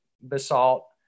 basalt